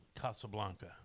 Casablanca